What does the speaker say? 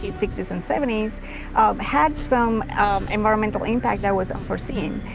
sixty s, and seventy s had some environmental impact that was unforeseen.